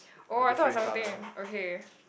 oh I thought of something okay